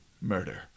Murder